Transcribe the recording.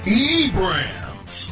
eBrands